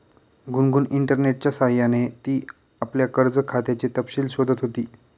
गुनगुन इंटरनेटच्या सह्याने ती आपल्या कर्ज खात्याचे तपशील शोधत होती